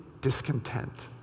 discontent